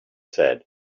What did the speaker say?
said